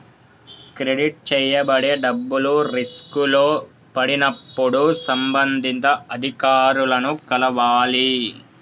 credit చేయబడే డబ్బులు రిస్కులో పడినప్పుడు సంబంధిత అధికారులను కలవాలి